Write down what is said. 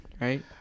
right